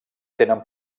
tenen